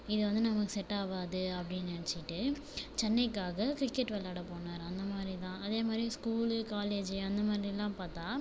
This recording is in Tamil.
இது வந்து நமக்கு செட் ஆகாது அப்படினு நினச்சுக்கிட்டு சென்னைக்காக கிரிக்கெட் விளையாட போனார் அந்தமாதிரி தான் அதேமாதிரி ஸ்கூல்லு காலேஜ்ஜி அந்தமாதிரிலாம் பார்த்தா